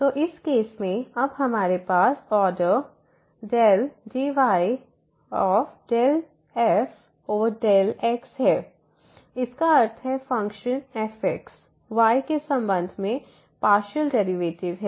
तो इस केस में अब हमारे पास ऑर्डर ∂y∂f∂xहै इसका अर्थ है फ़ंक्शन fx y के संबंध में पार्शियल डेरिवेटिव है